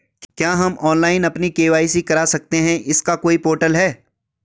क्या हम ऑनलाइन अपनी के.वाई.सी करा सकते हैं इसका कोई पोर्टल है?